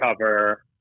cover